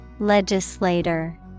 Legislator